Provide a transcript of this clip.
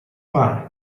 have